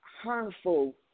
harmful